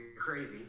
crazy